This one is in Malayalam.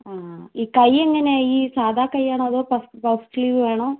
ആ ഈ കൈ എങ്ങനെ ഈ സാദാ കൈ ആണോ അതോ പഫ് പഫ് സ്ലീവ് വേണോ